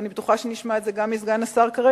ואני בטוחה שנשמע את זה גם מסגן השר כרגע,